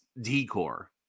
decor